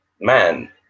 man